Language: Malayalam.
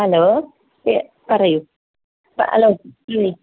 ഹലോ യാ പറയു ഹാലോ